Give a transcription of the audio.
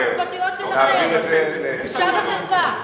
בושה וחרפה.